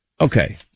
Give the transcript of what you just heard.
Okay